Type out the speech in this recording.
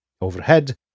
overhead